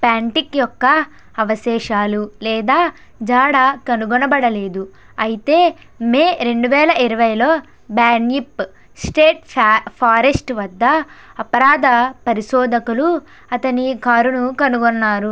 ప్యాంటిక్ యొక్క అవశేషాలు లేదా జాడా కనుగొనబడలేదు అయితే మే రెండువేల ఇరవైలో బ్యాన్యిప్ స్టేట్ ఫ్యా ఫారెస్ట్ వద్ద అపరాధ పరిశోధకులు అతని కారును కనుగొన్నారు